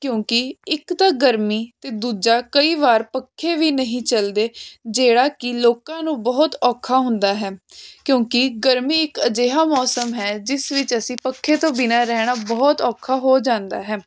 ਕਿਉਂਕਿ ਇੱਕ ਤਾਂ ਗਰਮੀ ਤੇ ਦੂਜਾ ਕਈ ਵਾਰ ਪੱਖੇ ਵੀ ਨਹੀਂ ਚੱਲਦੇ ਜਿਹੜਾ ਕੀ ਲੋਕਾਂ ਨੂੰ ਬਹੁਤ ਔਖਾ ਹੁੰਦਾ ਹੈ ਕਿਉਂਕਿ ਗਰਮੀ ਇੱਕ ਅਜਿਹਾ ਮੌਸਮ ਹੈ ਜਿਸ ਵਿੱਚ ਅਸੀਂ ਪੱਖੇ ਤੋਂ ਬਿਨਾਂ ਰਹਿਣਾ ਬਹੁਤ ਔਖਾ ਹੋ ਜਾਂਦਾ ਹੈ